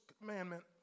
commandment